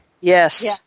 Yes